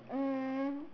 um